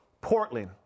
Portland